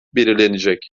belirlenecek